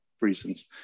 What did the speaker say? Reasons